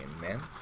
man